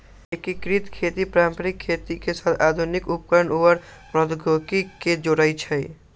एकीकृत खेती पारंपरिक खेती के साथ आधुनिक उपकरणअउर प्रौधोगोकी के जोरई छई